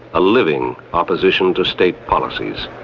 a living opposition to state policies.